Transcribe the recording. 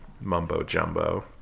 mumbo-jumbo